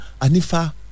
Anifa